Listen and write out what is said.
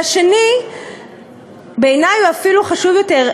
והשני בעיני הוא אפילו חשוב יותר,